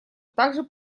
также